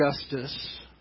justice